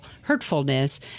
hurtfulness